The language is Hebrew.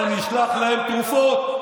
אנחנו נשלח להם תרופות.